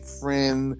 friend